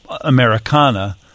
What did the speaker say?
americana